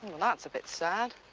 that's a bit sad.